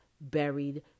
Buried